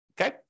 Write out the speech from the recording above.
okay